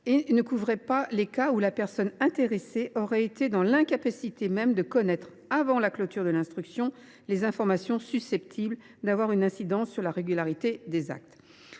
et ne couvraient pas les cas où la personne intéressée aurait été dans l’incapacité même de connaître, avant la clôture de l’instruction, les informations susceptibles d’avoir une incidence sur la régularité des actes.